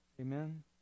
Amen